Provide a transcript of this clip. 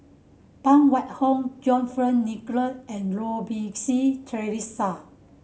Phan Wait Hong John Fearns Nicoll and Goh Rui Si Theresa